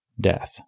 death